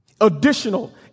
additional